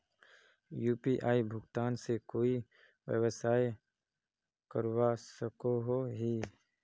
UPI भुगतान से कोई व्यवसाय करवा सकोहो ही?